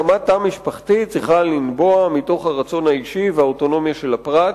הקמת תא משפחתי צריכה לנבוע מתוך הרצון האישי והאוטונומיה של הפרט,